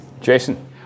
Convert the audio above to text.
jason